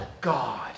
god